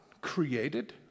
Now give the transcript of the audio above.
created